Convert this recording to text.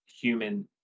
human